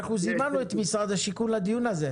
זימנו את משרד השיכון לדיון הזה.